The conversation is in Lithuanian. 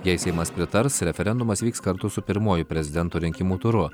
jei seimas pritars referendumas vyks kartu su pirmuoju prezidento rinkimų turu